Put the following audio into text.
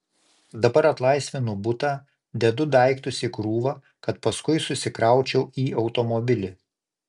dabar atlaisvinu butą dedu daiktus į krūvą kad paskui susikraučiau į automobilį